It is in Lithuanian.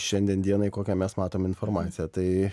šiandien dienai kokią mes matom informaciją tai